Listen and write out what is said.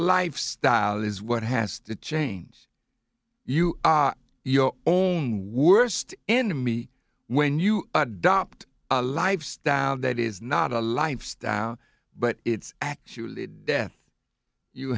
lifestyle is what has to change you your own worst enemy when you adopt a lifestyle that is not a lifestyle but it's actually death you